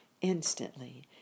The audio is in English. Instantly